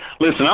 Listen